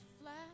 flat